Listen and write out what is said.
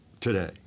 today